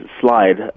slide